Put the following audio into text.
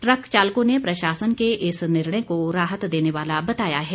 truck चालकों ने प्रशासन के इस निर्णय को राहत देने वाला बताया है